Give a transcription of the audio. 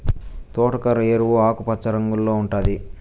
తోటకూర ఎరుపు, ఆకుపచ్చ రంగుల్లో ఉంటాది